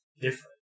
different